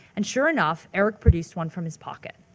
and sure enough eric produced one from his pocket.